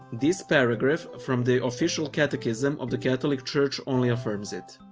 this paragraph from the official catechism of the catholic church only affirms it.